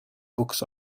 books